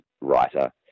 writer